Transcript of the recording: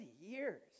years